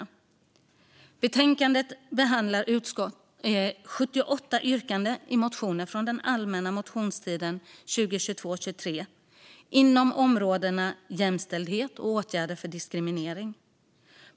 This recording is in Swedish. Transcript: I betänkandet behandlar utskottet 78 yrkanden i motioner från allmänna motionstiden 2022 inom områdena jämställdhet och åtgärder mot diskriminering.